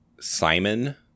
Simon